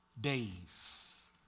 days